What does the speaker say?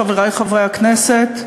חברי חברי הכנסת,